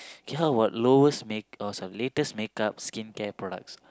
K how about lowest make uh sorry latest makeup skincare products